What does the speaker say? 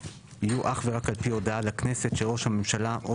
יהיו אך ורק על פי הודעה לכנסת של ראש הממשלה או